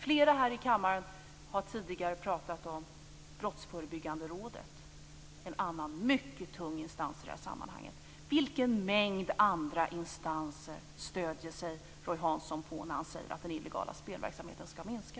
Flera här i kammaren har tidigare pratat om Brottsförebyggande rådet. Det är en annan mycket tung instans i det här sammanhanget. Vilken mängd andra instanser stöder sig Roy Hansson på när han säger att den illegala spelverksamheten skall minska?